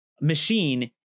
machine